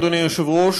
אדוני היושב-ראש,